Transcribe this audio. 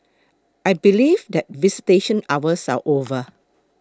I believe that visitation hours are over